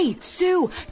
Sue